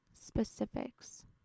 specifics